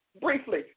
briefly